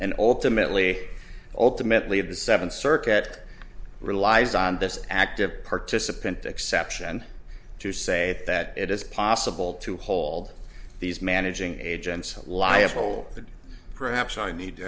and ultimately ultimately of the seventh circuit relies on this active participant exception to say that it is possible to hold these managing agents liable but perhaps i need to